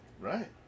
Right